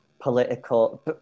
political